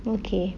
okay